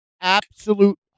Absolute